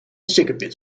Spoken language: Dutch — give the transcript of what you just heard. sikkepit